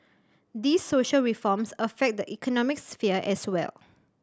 these social reforms affect the economic sphere as well